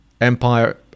Empire